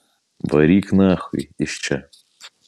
varyk nachui iš čia